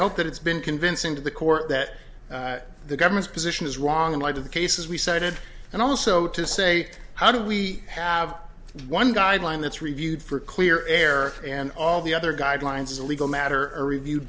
hope that it's been convincing to the court that the government's position is wrong in light of the cases we cited and also to say how do we have one guideline that's reviewed for clear air and all the other guidelines a legal matter a review